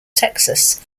texas